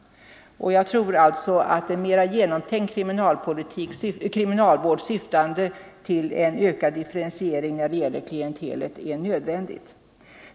Jag tror alltså att en mera genomtänkt kriminalvård, syftande till en ökad differentiering när det gäller klientelet, är nödvändig.